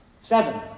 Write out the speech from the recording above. seven